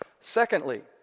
Secondly